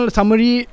Summary